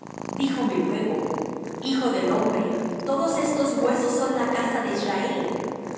extremo díjome luego hijo del hombre todos estos huesos son la casa de israel